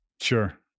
Sure